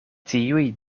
tiuj